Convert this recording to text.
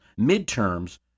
midterms